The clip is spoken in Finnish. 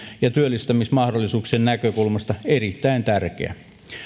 ja työllistämismahdollisuuksien näkökulmasta erittäin tärkeä